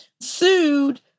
sued